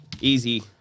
easy